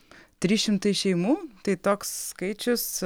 trys šimtai šeimų tai toks skaičius